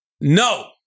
No